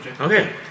Okay